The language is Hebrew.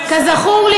כזכור לי,